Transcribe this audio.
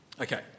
Okay